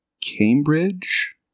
Cambridge